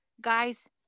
Guys